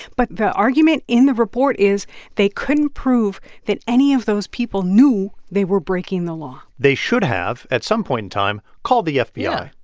but the argument in the report is they couldn't prove that any of those people knew they were breaking the law they should have, at some point in time, called the fbi. yeah.